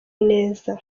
neza